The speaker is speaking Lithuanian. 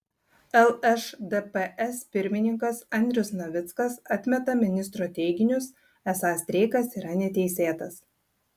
lšdps pirmininkas andrius navickas atmeta ministro teiginius esą streikas yra neteisėtas